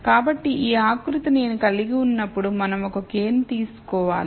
కాబట్టి ఈ ఆకృతి నేను కలిగి ఉన్నప్పుడు మనం ఒక k ని తీసుకోవాలి